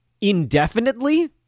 indefinitely